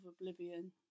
oblivion